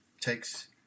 takes